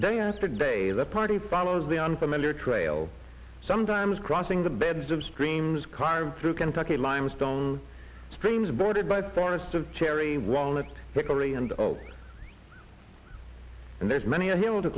day after day the party follows the unfamiliar trail sometimes crossing the beds of streams carved through kentucky limestone streams bordered by forests of cherry walnut hickory and of and there's many a hill to